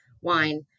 wine